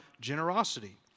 generosity